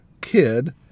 kid